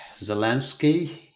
Zelensky